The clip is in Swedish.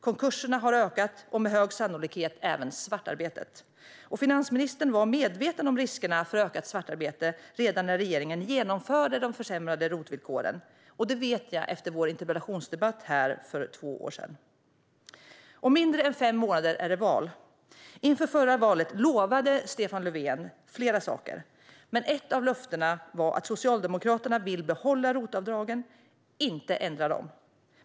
Konkurserna har ökat och med stor sannolikhet även svartarbetet. Att finansministern var medveten om riskerna för ökat svartarbete när regeringen genomförde de sämre ROT-villkoren vet jag efter vår interpellationsdebatt för två år sedan. Om mindre än fem månader är det val. Inför förra valet lovade Stefan Löfven att Socialdemokraterna skulle behålla ROT-avdragen och inte ändra dem.